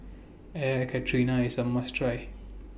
Air Karthira IS A must Try